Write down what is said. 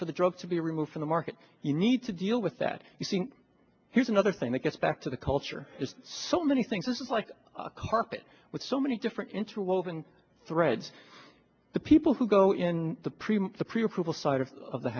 for the drug to be removed from the market you need to deal with that you see here's another thing that gets back to the culture is so many things this is like a carpet with so many different interwoven threads the people who go in the